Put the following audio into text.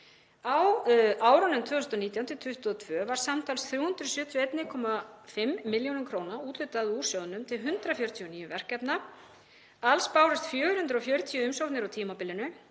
Á árunum 2019–2022 var samtals 371,5 millj. kr. úthlutað úr sjóðnum til 149 verkefna. Alls bárust 440 umsóknir á tímabilinu